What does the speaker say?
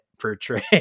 portray